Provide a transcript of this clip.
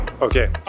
okay